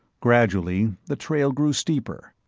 gradually the trail grew steeper,